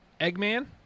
Eggman